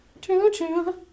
Choo-choo